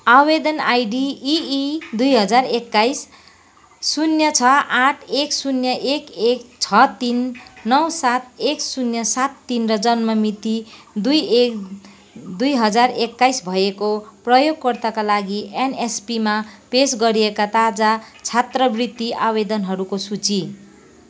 आवेदन आइडी इइ दुई हजार एक्काइस शून्य छ आठ एक शून्य एक एक छ तिन नौ सात एक शून्य सात तीन र जन्म मिति दुई एक दुई हजार एक्काइस भएको प्रयोगकर्ताका लागि एनएसपिमा पेस गरिएका ताजा छात्रवृत्ति आवेदनहरूको सूची